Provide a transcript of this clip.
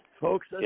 folks